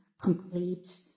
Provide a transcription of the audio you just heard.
complete